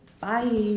Bye